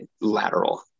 lateral